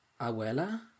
Abuela